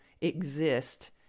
exist